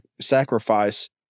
sacrifice